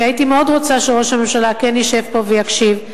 והייתי מאוד רוצה שראש הממשלה כן ישב פה ויקשיב.